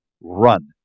Run